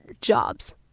jobs